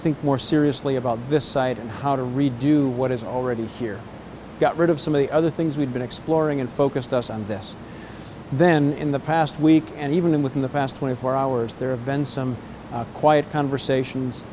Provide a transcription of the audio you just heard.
think more seriously about this site and how to redo what is already here got rid of some of the other things we've been exploring and focused us on this then in the past week and even then within the past twenty four hours there have been some quiet conversations